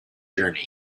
journey